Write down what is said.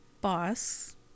boss